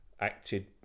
acted